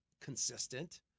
consistent